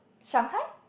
Shanghai